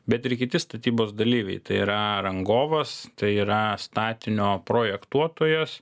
bet ir kiti statybos dalyviai tai yra rangovas tai yra statinio projektuotojas